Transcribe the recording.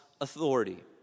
authority